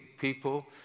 people